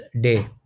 day